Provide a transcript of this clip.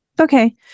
Okay